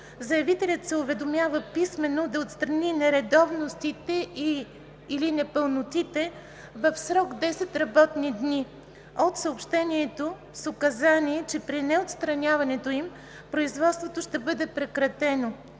заявителят се уведомява писмено да отстрани нередовностите или непълнотите в срок 10 работни дни от съобщението с указание, че при неотстраняването им производството ще бъде прекратено.